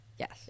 Yes